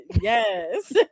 Yes